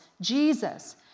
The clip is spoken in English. Jesus